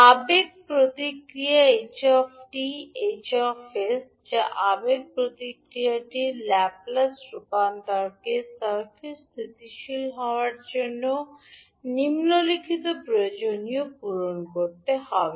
আবেগ প্রতিক্রিয়া ℎ 𝑡 𝐻 𝑠 যা আবেগ প্রতিক্রিয়াটির ল্যাপ্লেস রূপান্তরকে সার্কিটটি স্থিতিশীল হওয়ার জন্য নিম্নলিখিত প্রয়োজনীয়তা পূরণ করতে হবে